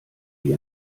wir